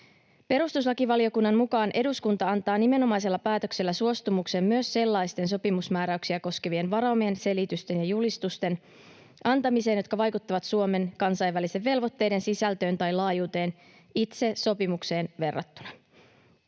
Perustuslakivaliokunnan mukaan eduskunta antaa nimenomaisella päätöksellä suostumuksen myös sellaisten sopimusmääräyksiä koskevien varaumien, selitysten ja julistusten antamiseen, jotka vaikuttavat Suomen kansainvälisten velvoitteiden sisältöön tai laajuuteen itse sopimukseen verrattuna.